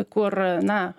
kur na